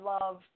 love